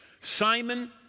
Simon